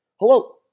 Hello